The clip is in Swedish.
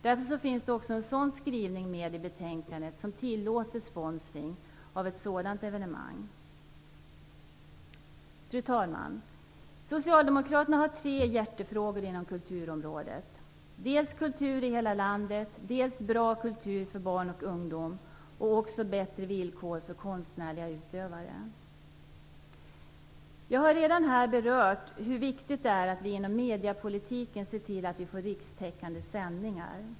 Därför finns också en skrivning med i betänkandet som tillåter sponsring även av ett sådant evenemang. Fru talman! Socialdemokraterna har tre hjärtefrågor inom kulturområdet: kultur i hela landet, bra kultur för barn och ungdom och bättre villkor för konstnärliga utövare. Jag har redan här berört hur viktigt det är att vi inom mediapolitiken ser till att vi får rikstäckande sändningar.